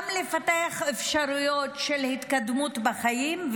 גם לפתח אפשרויות של התקדמות בחיים,